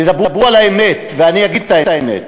תדברו על האמת, ואני אגיד את האמת.